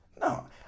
No